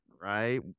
right